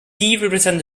represents